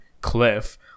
Cliff